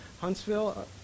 Huntsville